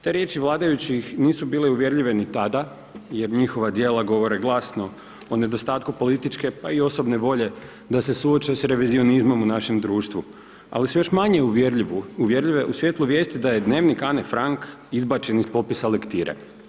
Te riječi vladajućih nisu bile uvjerljive ni tada, jer njihova dijela govore glasno, o nedostatku političke pa i osobne volje, da se suoče s revizionizmom u našem društvu, ali još manje uvjerljive u svijetu vijesti da je Dnevnik Ane Frank, izbačen iz popisa lektire.